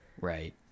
Right